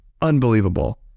unbelievable